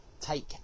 take